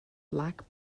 black